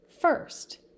First